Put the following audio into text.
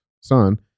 son